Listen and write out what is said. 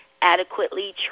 adequately